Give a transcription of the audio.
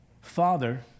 father